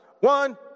One